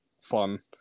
fun